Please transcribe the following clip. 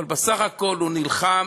אבל בסך הכול הוא נלחם